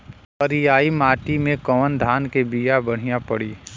करियाई माटी मे कवन धान के बिया बढ़ियां पड़ी?